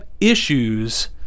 issues